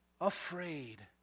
afraid